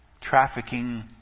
trafficking